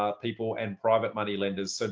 ah people and private money lenders. so